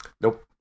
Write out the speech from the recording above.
Nope